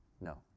No